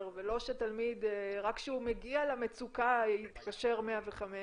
ולא שתלמיד רק כשהוא מגיע למצוקה יתקשר 105,